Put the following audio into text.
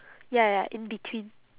ya ya in between